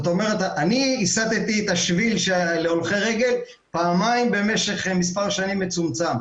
אני הסתתי את השביל של הולכי רגל פעמיים במשך מספר שנים מצומצם.